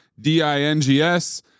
D-I-N-G-S